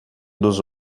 dos